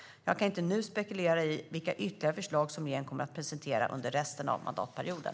Jag kan inte nu spekulera i vilka ytterligare förslag regeringen kommer att presentera under resten av mandatperioden.